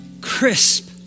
crisp